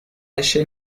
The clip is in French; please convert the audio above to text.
lâché